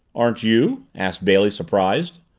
aren't you? asked bailey surprised.